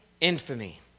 infamy